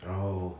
然后